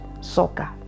soccer